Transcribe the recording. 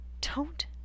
Don't